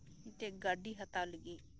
ᱢᱤᱫᱴᱮᱡ ᱜᱟᱹᱰᱤ ᱦᱟᱛᱟᱣ ᱞᱟᱹᱜᱤᱫ